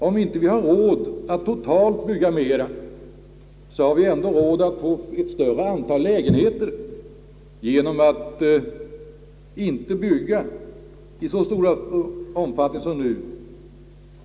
Om vi inte har råd att totalt bygga mera, har vi ändå råd att få ett större antal lägenheter genom att inte bygga stora lägenheter i lika stor omfattning som nu.